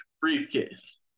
briefcase